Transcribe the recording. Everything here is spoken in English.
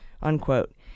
Unquote